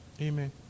Amen